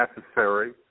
necessary